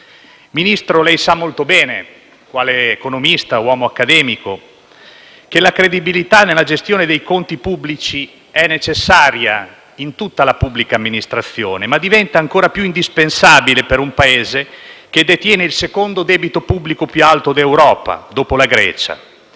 Ministro, lei sa molto bene, quale economista e uomo accademico, che la credibilità nella gestione dei conti pubblici è necessaria in tutta la pubblica amministrazione, ma diventa ancora più indispensabile per un Paese che detiene il secondo debito pubblico più alto d'Europa dopo la Grecia;